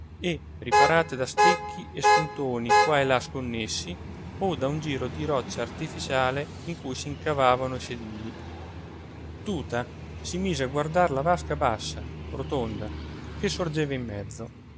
e riparate da stecchi e spuntoni qua e là sconnessi o da un giro di roccia artificiale in cui s'incavavano i sedili tuta si mise a guardar la vasca bassa rotonda che sorgeva in mezzo